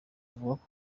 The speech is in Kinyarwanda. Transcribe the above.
avuga